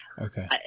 Okay